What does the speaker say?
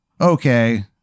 Okay